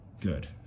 good